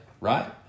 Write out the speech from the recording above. right